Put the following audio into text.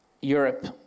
Europe